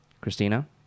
Christina